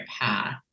path